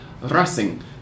Racing